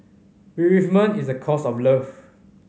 bereavement is the cost of love